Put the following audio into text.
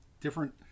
different